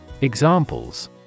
Examples